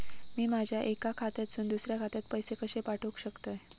मी माझ्या एक्या खात्यासून दुसऱ्या खात्यात पैसे कशे पाठउक शकतय?